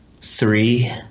three